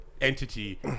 entity